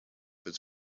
his